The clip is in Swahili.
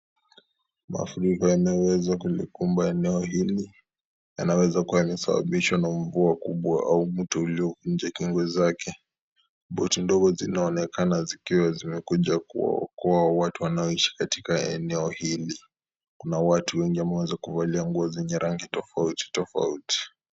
Mafuriko yanayoweza kulikumba eneo hili yanaweza kuwa yamesababishwa na mvua kubwa au mto uliovunja kingo zake . Boti ndogo zinaonekana zikiwa zimekuja kuwaokoa watu wanaoishi eneo hili . Kuna watu wengi ambao wameweza kuvalia nguo zenye rangi tofauti tofauti.